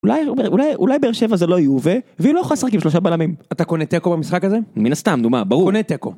אולי באר שבע זה לא יווה, והיא לא יכולה לשחק עם שלושה בלמים. אתה קונה תיקו במשחק הזה? מן הסתם, נו מה, ברור קונה תיקו.